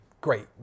great